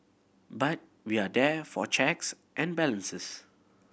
but we are there for checks and balances